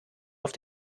auf